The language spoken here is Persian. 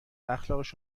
اخلاقش